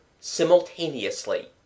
simultaneously